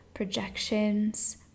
projections